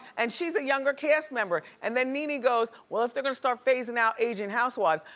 and she's a younger cast member. and then nene goes well, if they're gonna start phasing out aging housewives,